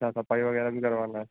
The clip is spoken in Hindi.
हाँ सफाई वग़ैरह भी करवाना है